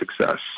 success